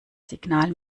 signal